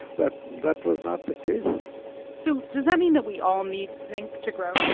but that was not the case so does that mean that we all need zinc to grow?